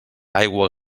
aigua